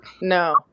No